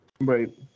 Right